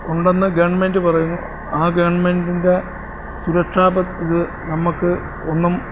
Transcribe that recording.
ഉണ്ടെന്ന് ഗവൺമെൻറ്റ് പറയുന്നു ആ ഗവൺമെൻറ്റിൻറ്റെ സുരക്ഷാ പദ്ധതി നമുക്ക് ഒന്നും